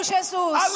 Jesus